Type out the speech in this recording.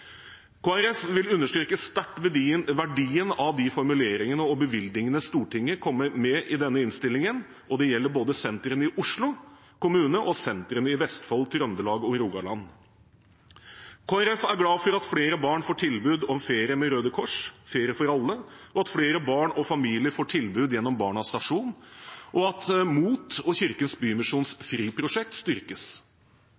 vil understreke sterkt verdien av de formuleringene og bevilgningene Stortinget kommer med i denne innstillingen, og det gjelder både sentrene i Oslo kommune og sentrene i Vestfold, Trøndelag og Rogaland. Kristelig Folkeparti er glad for at flere barn får tilbud om ferie med Røde Kors’ Ferie for alle, at flere barn og familier får tilbud gjennom Barnas Stasjon, og at MOT og Kirkens Bymisjons